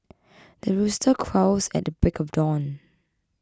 the rooster crows at the break of dawn